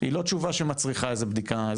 היא לא תשובה שמצריכה איזו בדיקה.